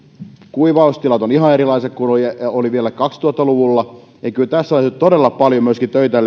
kuivaustilat ovat ihan erilaiset kuin ne olivat vielä kaksituhatta luvulla eli kyllä tässä on todella paljon töitä